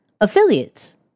affiliates